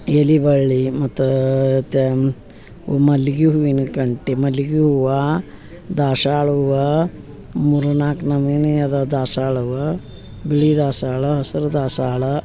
ಎಲೆ ಬಳ್ಳಿ ಮತ್ತು ತೆ ಓ ಮಲ್ಗೆ ಹೂವಿನ ಕಂಟೆ ಮಲ್ಲಿಗೆ ಹೂವು ದಾಶಾಳ ಹೂವು ಮೂರು ನಾಲ್ಕು ನಮೂನೆ ಅದ ದಾಸಾಳ ಹೂವು ಬಿಳಿ ದಾಸ್ವಾಳ ಹಸ್ರು ದಾಸ್ವಾಳ